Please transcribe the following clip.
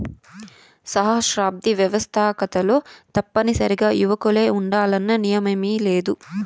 సహస్రాబ్ది వ్యవస్తాకతలో తప్పనిసరిగా యువకులే ఉండాలన్న నియమేమీలేదు